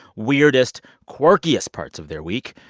weirdest, quirkiest parts of their week.